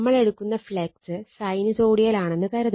നമ്മളെടുക്കുന്ന flux sinusoidal ആണെന്ന് കരുതുക